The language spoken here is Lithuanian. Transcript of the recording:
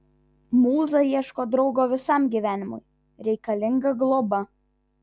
mūza ieško draugo visam gyvenimui reikalinga globa